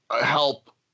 help